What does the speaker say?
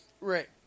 Right